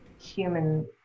human